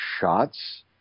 shots